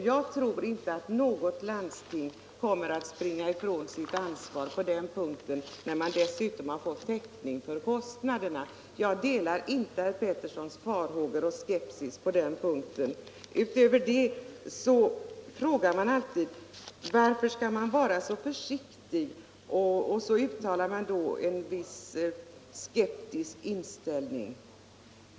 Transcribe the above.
Jag tror inte att något landsting kommer att springa från sitt ansvar på den punkten när de dessutom får täckning för kostnaderna. Jag delar inte herr Petterssons i Västerås farhågor och skepsis på den punkten. Man frågar alltid varför vi skall vara så försiktiga, och så uttalar man en viss skeptisk inställning.